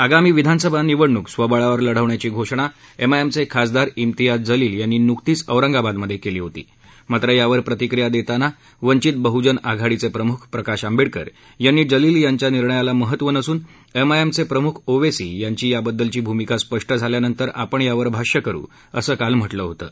आगामी विधानसभा निवडणूक स्वबळावर लढवण्याची घोषणा एमआयएमचे खासदार इम्तियाज जलील यांनी न्कतीच औरंगाबादमध्ये केली होती मात्र यावर प्रतिक्रिया देताना वंचित बहजन आघाडीचे प्रमुख प्रकाश आंबेडकर यांनी जलील यांच्या निर्णयाला महत्व नसून एमआयएमचे प्रम्ख ओवेसी यांची याबददलची भूमिका स्पष्ट झाल्यानंतर आपण यावर भाष्य करू असं काल म्हटलं होतं